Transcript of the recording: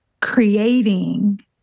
creating